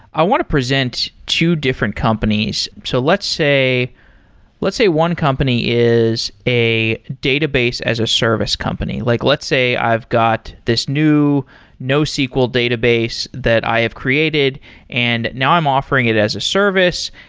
i want to present two different companies. so let's say let's say one company is a database as a service company. like let's say i've got this new nosql database that i have created and now i'm offering it as a service,